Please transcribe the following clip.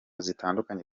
zitandukanye